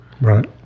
right